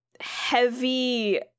heavy